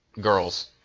girls